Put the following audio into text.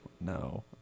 no